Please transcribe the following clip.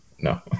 No